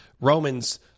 Romans